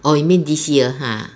orh you mean this year !huh!